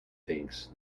thinks